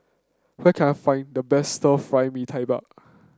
where can I find the best Stir Fry Mee Tai Mak